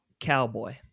Cowboy